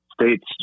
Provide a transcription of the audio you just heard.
states